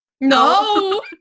no